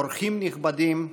אורחים נכבדים,